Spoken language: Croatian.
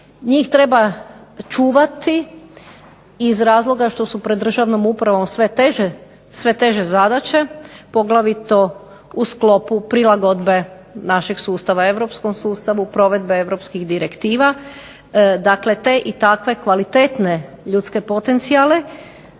Njih treba čuvati iz razloga što su pred državnom upravom sve teže zadaće, poglavito u sklopu prilagodbe našeg sustava europskom sustavu provedbe europskih direktiva. Dakle, te i takve kvalitetne ljudske potencijale